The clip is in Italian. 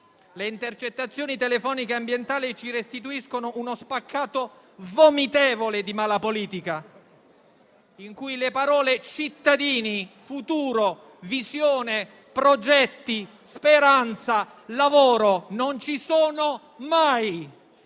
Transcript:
Le intercettazioni telefoniche e ambientali ci restituiscono uno spaccato vomitevole di mala politica, in cui le parole "cittadini", "futuro", "visione", "progetti", "speranza", "lavoro" non ci sono mai.